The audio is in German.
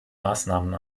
maßnahmen